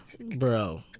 Bro